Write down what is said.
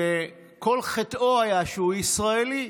שכל חטאו היה שהוא ישראלי.